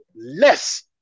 less